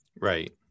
Right